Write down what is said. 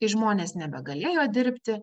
kai žmonės nebegalėjo dirbti